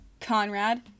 Conrad